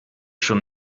schon